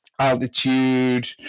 altitude